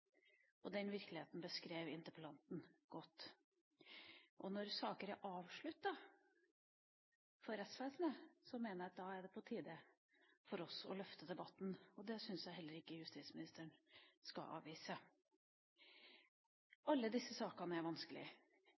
og det er virkeligheten som vinner. Den virkeligheten beskrev interpellanten godt. Når saker er avsluttet i rettsvesenet, mener jeg at det er på tide for oss å løfte debatten. Det syns jeg ikke justisministeren skal avvise. Alle disse sakene er